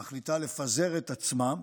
מחליטה לפזר את עצמה,